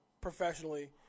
professionally